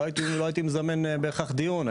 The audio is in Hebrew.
לא הייתי מזמן בהכרח דיון,